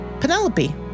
Penelope